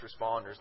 responders